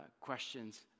questions